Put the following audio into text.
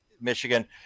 Michigan